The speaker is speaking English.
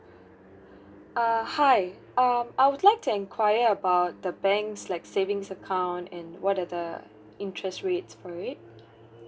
uh hi um I would like to enquire about the bank like savings account and what are the interest rates for it